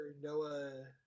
Noah